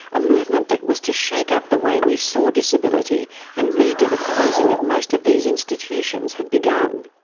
a movement that was to shake up the way we saw disability and lead to the closing of most of these institutions had begun.